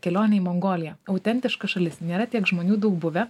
kelionę į mongoliją autentiška šalis nėra tiek žmonių daug buvę